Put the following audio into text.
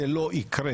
זה לא יקרה.